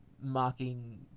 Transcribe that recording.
mocking